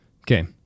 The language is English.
okay